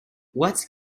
what